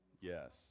Yes